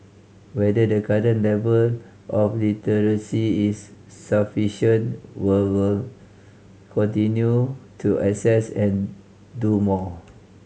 whether the current level of literacy is sufficient will were continue to assess and do more